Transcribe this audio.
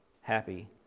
Happy